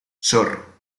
zorro